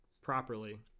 properly